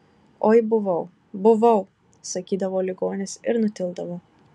oi buvau buvau sakydavo ligonis ir nutildavo